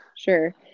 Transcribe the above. sure